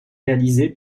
réalisés